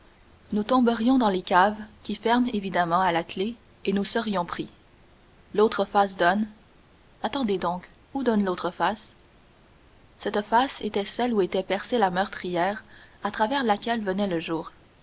nous tomberions dans les caves qui ferment évidemment à la clef et nous serions pris l'autre face donne attendez donc où donne l'autre face cette face était celle où était percée la meurtrière à travers laquelle venait le jour